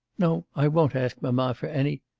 no, i won't ask mamma for any.